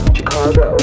Chicago